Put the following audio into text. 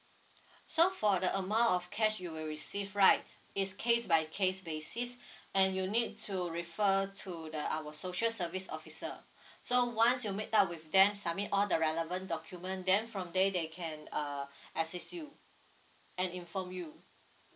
so for the amount of cash you will receive right it's case by case basis and you'll need to refer to the our social service officer so once you meet up with them submit all the relevant document then from there they can uh assists you and inform you